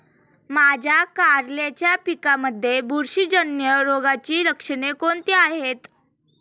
माझ्या कारल्याच्या पिकामध्ये बुरशीजन्य रोगाची लक्षणे कोणती आहेत?